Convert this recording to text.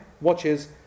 watches